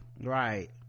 right